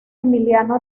emiliano